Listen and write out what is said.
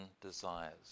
desires